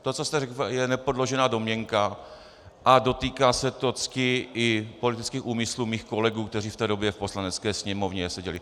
To, co jste řekl, je nepodložená domněnka a dotýká se to cti i politických úmyslů mých kolegů, kteří v té době v Poslanecké sněmovně seděli.